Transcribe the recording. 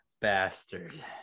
bastard